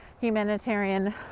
humanitarian